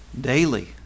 daily